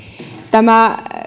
tämä